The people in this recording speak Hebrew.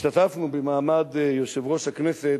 השתתפנו, במעמד יושב-ראש הכנסת,